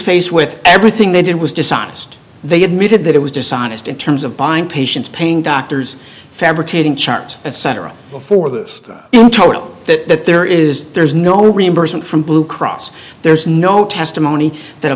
face with everything they did was dishonest they admitted that it was dishonest in terms of buying patients pain doctors fabricating charts etc before this in total that there is there's no reimbursement from blue cross there's no testimony that a